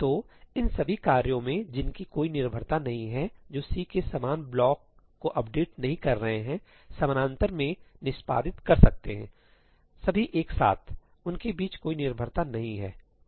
तो इन सभी कार्यों में जिनकी कोई निर्भरता नहीं है जो C के समान ब्लॉक को अपडेट नहीं कर रहे हैं समानांतर में निष्पादित कर सकते हैं सभी एक साथ उनके बीच कोई निर्भरता नहीं है